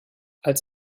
als